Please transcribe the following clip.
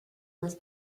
más